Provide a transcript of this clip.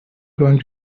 going